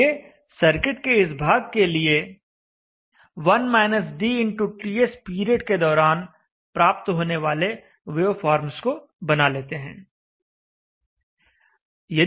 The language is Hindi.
आइए सर्किट के इस भाग के लिए 1-dTs पीरियड के दौरान प्राप्त होने वाले वेवफॉर्म्स को बना लेते हैं